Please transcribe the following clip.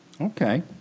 okay